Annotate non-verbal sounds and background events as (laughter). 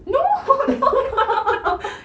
no no no no (laughs)